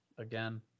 Again